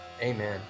amen